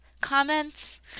comments